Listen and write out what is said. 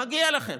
מגיע לכם.